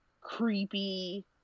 creepy